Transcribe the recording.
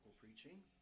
preaching